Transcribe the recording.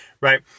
right